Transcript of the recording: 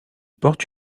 porte